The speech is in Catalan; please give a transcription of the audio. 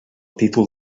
títol